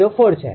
004 છે